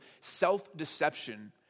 self-deception